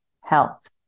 health